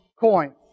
coin